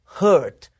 hurt